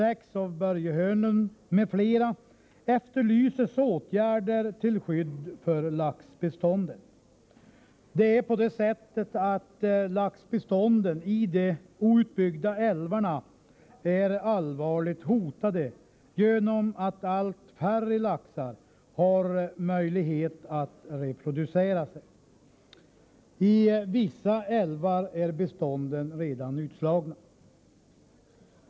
efterlyses åtgärder till skydd för laxbeståndet. Laxbestånden i de outbyggda älvarna är allvarligt hotade genom att allt färre laxar har möjlighet att reproducera sig. I vissa älvar är bestånden redan utslagna.